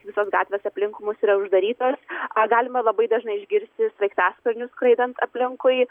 visos gatvės aplink mus yra uždarytos ką galima labai dažnai išgirsti sraigtasparnius skraidant aplinkui